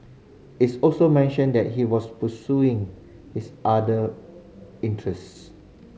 it's also mentioned that he was pursuing his other interests